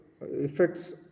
effects